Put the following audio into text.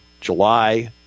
July